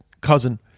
cousin